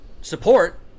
support